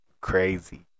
crazy